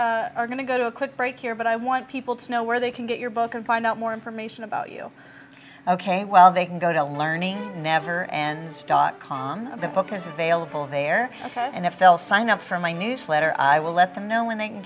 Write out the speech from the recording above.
we are going to go to a quick break here but i want people to know where they can get your book and find out more information about you ok well they can go to learning never ends dot com the book is available there and if they'll sign up for my newsletter i will let them know when they